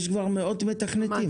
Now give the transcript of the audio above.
יש כבר מאות מתכנתים.